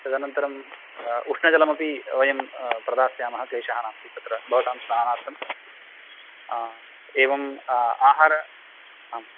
तदनन्तरम् उष्णजलमपि वयं प्रदास्यामः क्लेशः नास्ति तत्र भवतां स्नानार्थं एवम् आहार आम्